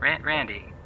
Randy